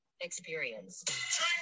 Experience